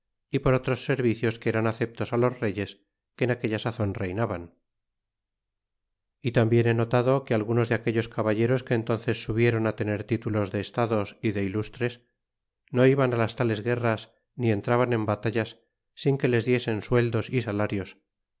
y por otros servicios que eran aceptos á los reyes que en aquella sazon reynaban y tambien he notado que algunos de aquellos caballeros que entónces subieron a tener títulos de estados y de ilustres no iban las tales guerras ni entraban en batallas sin que se les diesen sueldos y salarios